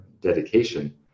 dedication